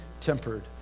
tempered